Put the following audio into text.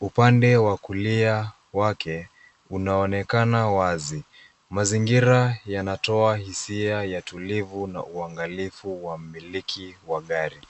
Upande wa kulia wake, unaonekana wazi. Mazingira yanatoa hisia ya tulivu na uangalifu wa miliki wa gari.